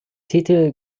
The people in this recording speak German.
titel